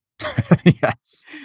Yes